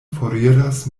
foriras